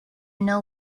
know